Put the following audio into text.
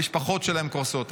המשפחות שלהם קורסות,